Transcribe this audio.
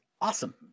Awesome